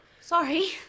sorry